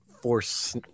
force